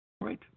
right